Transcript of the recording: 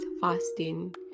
fasting